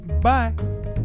Bye